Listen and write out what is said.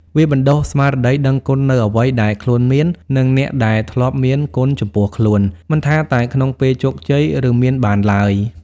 វាបណ្តុះស្មារតីដឹងគុណនូវអ្វីដែលខ្លួនមាន និងអ្នកដែលធ្លាប់មានគុណចំពោះខ្លួន មិនថាតែក្នុងពេលជោគជ័យ ឬមានបានឡើយ។